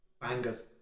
Bangers